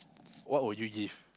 what would you give